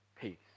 Peace